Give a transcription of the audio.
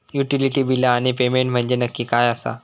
Utility बिला आणि payment म्हंजे नक्की काय आसा?